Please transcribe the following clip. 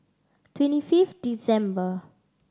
twenty fifth December